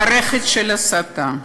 מערכת של הסתה,